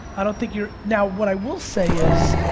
i don't think your, now, what i will say is,